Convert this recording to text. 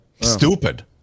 Stupid